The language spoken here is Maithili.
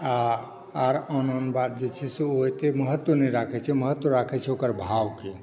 आ आर आन आन बात जे छै से ओते महत्व नहि राखै छै महत्व राखै छै ओकर भावके